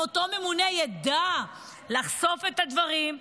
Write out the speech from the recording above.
אותו ממונה גם ידע לחשוף את הדברים,